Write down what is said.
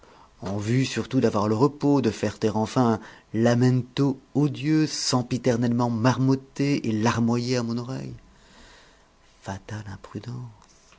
en vue surtout d'avoir le repos de faire taire enfin un lamento odieux sempiternellement marmotté et larmoyé à mon oreille fatale imprudence